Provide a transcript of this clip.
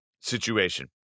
situation